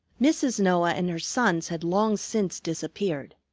mrs. noah and her sons had long since disappeared.